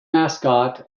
mascot